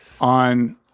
on